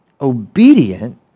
obedient